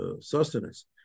sustenance